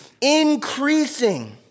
increasing